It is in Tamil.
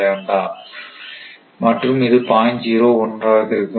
01 ஆக இருக்கும்